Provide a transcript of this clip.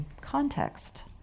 context